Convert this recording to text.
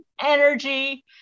energy